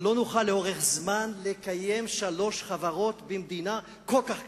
לאורך זמן לקיים שלוש חברות במדינה כל כך קטנה.